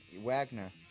Wagner